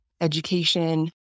education